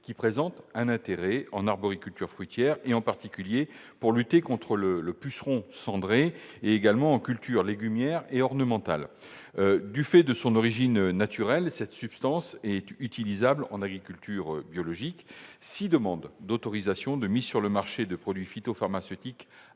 qui présentent un intérêt en arboriculture fruitière, en particulier pour lutter contre le puceron cendré, et en culture légumière ou ornementale. Du fait de son origine naturelle, cette substance est utilisable en agriculture biologique. Six demandes d'autorisation de mise sur le marché de produits phytopharmaceutiques